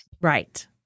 Right